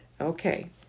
Okay